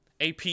AP